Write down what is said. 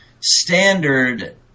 standard